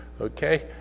Okay